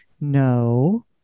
No